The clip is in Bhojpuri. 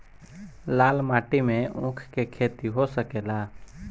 लाल माटी मे ऊँख के खेती हो सकेला?